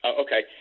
Okay